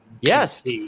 Yes